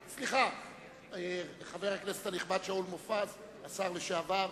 סליחה, חבר הכנסת הנכבד שאול מופז, השר לשעבר,